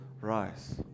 rise